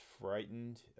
frightened